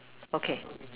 okay